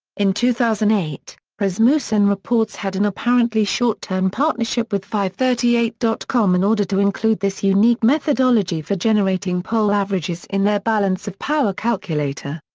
in two thousand and eight, rasmussen reports had an apparently short-term partnership with fivethirtyeight dot com in order to include this unique methodology for generating poll averages in their balance of power calculator.